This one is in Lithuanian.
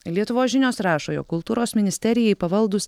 lietuvos žinios rašo jog kultūros ministerijai pavaldūs